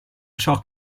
ciò